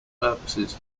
purposes